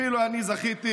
אפילו אני זכיתי,